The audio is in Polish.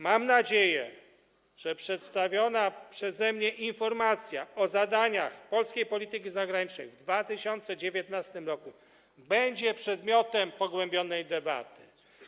Mam nadzieję, że przedstawiona przeze mnie informacja o zadaniach polskiej polityki zagranicznej w 2019 r. będzie przedmiotem pogłębionej debaty.